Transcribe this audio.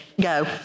Go